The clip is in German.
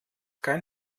kein